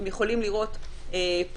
אתם יכולים לראות פה,